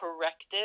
corrective